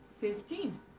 fifteen